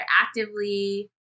actively